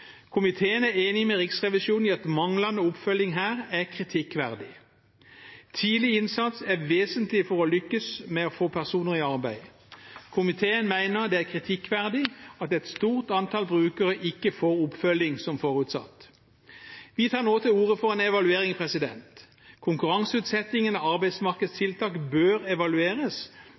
Komiteen er enig med Riksrevisjonen i at manglende oppfølging her er kritikkverdig. Tidlig innsats er vesentlig for å lykkes med å få personer i arbeid. Komiteen mener det er kritikkverdig at et stort antall brukere ikke får oppfølging som forutsatt. Vi tar nå til orde for en evaluering. Konkurranseutsettingen av arbeidsmarkedstiltak bør evalueres